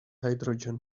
hydrogen